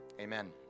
Amen